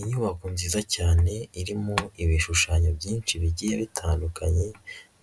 Inyubako nziza cyane irimo ibishushanyo byinshi bigiye bitandukanye